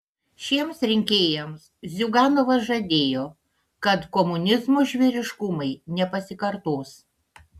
šiems rinkėjams ziuganovas žadėjo kad komunizmo žvėriškumai nepasikartos